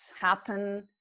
happen